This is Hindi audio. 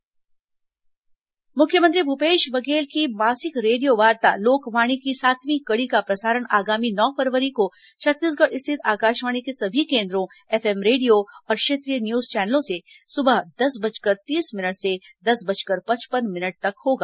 लोकवाणी मुख्यमंत्री भूपेश बघेल की मासिक रेडियोवार्ता लोकवाणी की सातवीं कड़ी का प्रसारण आगामी नौ फरवरी को छत्तीसगढ़ स्थित आकाशवाणी के सभी केन्द्रों एफएम रेडियो और क्षेत्रीय न्यूज चैनलों से सुबह दस बजकर तीस मिनट से दस बजकर पचपन मिनट तक होगा